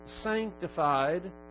sanctified